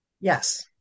Yes